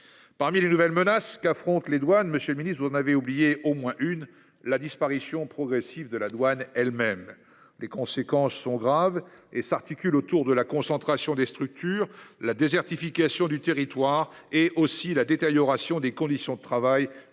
Parmi les nouvelles menaces qu'affrontent les douanes. Monsieur le Ministre, vous en avez oublié au moins une, la disparition progressive de la douane elles-mêmes. Les conséquences sont graves et s'articule autour de la concentration des structures la désertification du territoire et aussi la détérioration des conditions de travail et